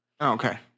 okay